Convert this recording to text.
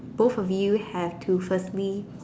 both of you have to firstly